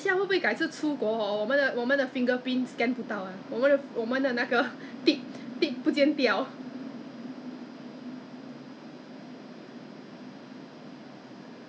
因为我问过 when I was collecting 的时候我问那个人 I think 那个人刚好是 S_A_F 的 S_I_A 的 air stewardess leh because I saw them wearing the S S_I_A the uniform 我就问他